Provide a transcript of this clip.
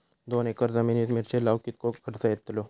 दोन एकर जमिनीत मिरचे लाऊक कितको खर्च यातलो?